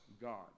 God